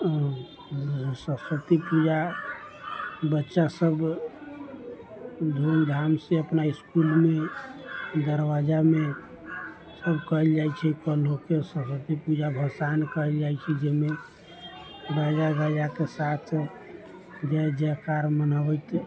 हूँ सरस्वती पूजा बच्चा सब धूमधामसँ अपना इसकुलमे दरवाजामे सब कयल जाइ छै कल होके सब सरस्वती पूजा भसान कयल जाइ छै जाहिमे बाजा गाजाके साथ जय जयकार मनाबैत